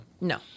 No